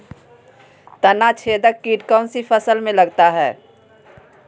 तनाछेदक किट कौन सी फसल में लगता है?